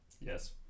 yes